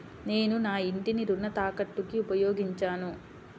నేను నా ఇంటిని రుణ తాకట్టుకి ఉపయోగించాను